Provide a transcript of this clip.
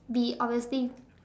be obviously